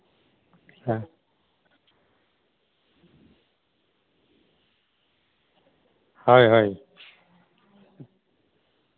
ᱦᱮᱸ ᱦᱳᱭ ᱦᱳᱭ